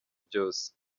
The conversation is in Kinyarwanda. byose